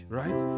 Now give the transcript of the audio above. right